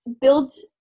builds